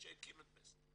זה שהקים את וסטי.